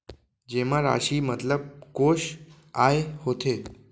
जेमा राशि मतलब कोस आय होथे?